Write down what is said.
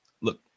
look